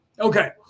Okay